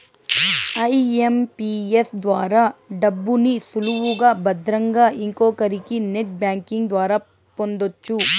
IMPS ద్వారా డబ్బుని సులువుగా భద్రంగా ఇంకొకరికి నెట్ బ్యాంకింగ్ ద్వారా పొందొచ్చు